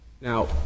Now